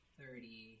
thirty